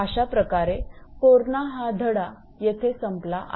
अशाप्रकारे कोरना हा धडा येथे संपला आहे